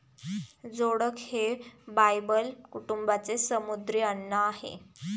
जोडक हे बायबल कुटुंबाचे समुद्री अन्न आहे